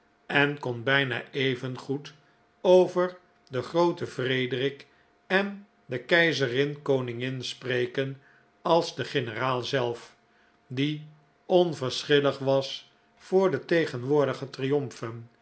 en kon bijna even goed over den grooten frederik en de keizerin koningin spreken als de generaal zelf die onverschillig was voor de tegenwoordige triomfen